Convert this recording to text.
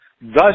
thus